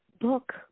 book